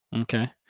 Okay